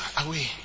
away